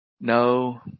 No